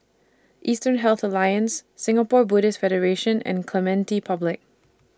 Eastern Health Alliance Singapore Buddhist Federation and Clementi Public